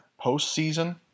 postseason